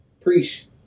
preach